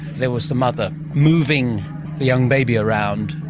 there was the mother moving the young baby around,